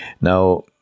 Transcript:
Now